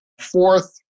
Fourth